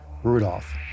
Rudolph